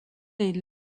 est